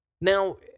Now